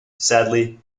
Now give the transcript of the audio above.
sadly